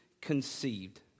conceived